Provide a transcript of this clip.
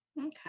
Okay